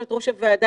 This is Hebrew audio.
יושבת ראש הוועדה,